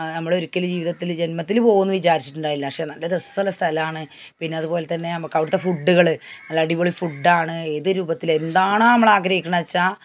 നമ്മള് ഒരിക്കലും ജീവിതത്തിൽ ജന്മത്തില് പോവുമെന്ന് വിചാരിച്ചിട്ടുണ്ടായില്ല പക്ഷേ നല്ല രസമുളള സ്ഥലമാണ് പിന്നെ അതുപോലെ തന്നെ നമുക്ക് അവിടത്തെ ഫുഡുകള് നല്ല അടിപൊളി ഫുഡാണ് ഏതു രൂപത്തില് എന്താണ് നമ്മള് ആഗ്രഹിക്കണത്ച്ചാല്